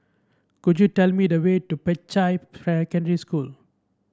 could you tell me the way to Peicai School